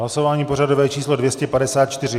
Hlasování pořadové číslo 254.